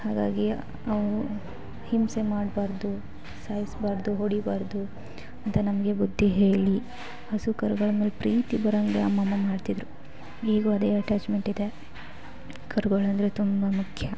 ಹಾಗಾಗಿ ಅವು ಹಿಂಸೆ ಮಾಡಬಾರ್ದು ಸಾಯಿಸಬಾರ್ದು ಹೊಡಿಬಾರ್ದು ಅಂತ ನಮಗೆ ಬುದ್ಧಿ ಹೇಳಿ ಹಸು ಕರುಗಳಂದ್ರೆ ಪ್ರೀತಿ ಬರೊಂಗೆ ಅಮ್ಮಮ್ಮ ಮಾಡ್ತಿದ್ದರು ಈಗ್ಲು ಅದೇ ಅಟ್ಯಾಚ್ಮೆಂಟಿದೆ ಕರುಗಳಂದರೆ ತುಂಬ ಮುಖ್ಯ